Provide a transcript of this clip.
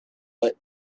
but